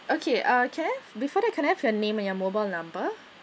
okay okay before that can I have your name and your mobile number